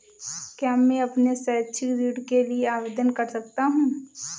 क्या मैं अपने शैक्षिक ऋण के लिए आवेदन कर सकता हूँ?